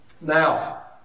Now